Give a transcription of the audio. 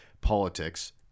politics